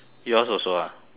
yours also ah